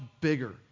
bigger